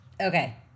okay